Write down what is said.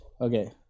Okay